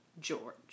George